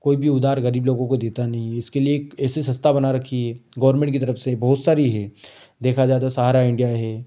कोई भी उधार गरीब लोगों को देता नहीं है इसके लिए एक ऐसे संस्था बना रखी है गोरमेंट की तरफ से बहुत सारी हे देखा जाए तो सहारा इंडिया है